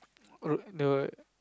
err the